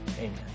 Amen